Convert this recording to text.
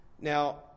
Now